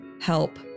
help